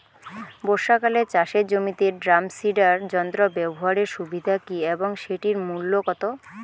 বর্ষাকালে চাষের জমিতে ড্রাম সিডার যন্ত্র ব্যবহারের সুবিধা কী এবং সেটির মূল্য কত?